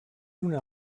una